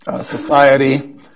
society